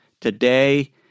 Today